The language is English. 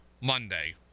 Monday